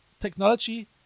technology